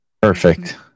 Perfect